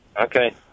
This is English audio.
okay